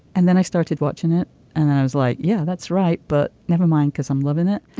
and then i started watching it and then i was like yeah that's right. but never mind because i'm living it.